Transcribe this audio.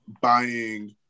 buying